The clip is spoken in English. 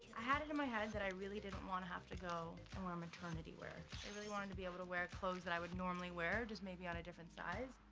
i had it in my head that i really didn't wanna have to go and wear maternity wear. i really wanted to be able to wear clothes that i would normally wear, just maybe in a different size.